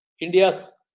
India's